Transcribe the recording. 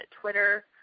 Twitter